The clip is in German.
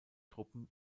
truppen